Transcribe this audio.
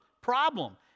problem